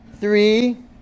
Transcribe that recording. Three